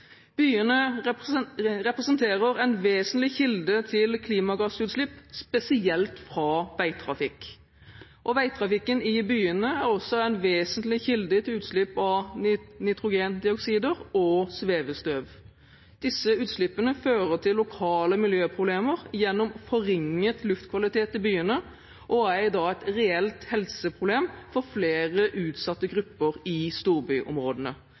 Byene representerer en vesentlig kilde til klimagassutslipp, spesielt fra veitrafikk, og veitrafikken i byene er også en vesentlig kilde til utslipp av nitrogendioksider og svevestøv. Disse utslippene fører til lokale miljøproblemer gjennom forringet luftkvalitet i byene og er i dag et reelt helseproblem for flere utsatte grupper i storbyområdene.